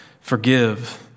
forgive